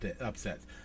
upsets